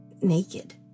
naked